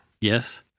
Yes